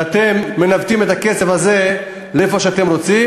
ואתם מנווטים את הכסף הזה לאן שאתם רוצים.